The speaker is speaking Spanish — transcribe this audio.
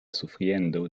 sufriendo